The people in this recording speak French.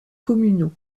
communaux